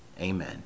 Amen